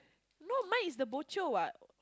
no mine is the bo jio what